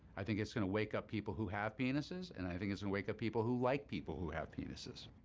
i think it's gonna wake up people who have penises, and i think it's gonna and wake up people who like people who have penises.